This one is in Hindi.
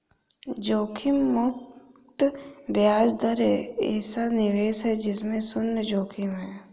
जोखिम मुक्त ब्याज दर ऐसा निवेश है जिसमें शुन्य जोखिम है